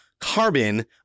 carbon